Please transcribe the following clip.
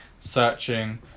searching